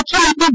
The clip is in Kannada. ಮುಖ್ಯಮಂತ್ರಿ ಬಿ